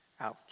Ouch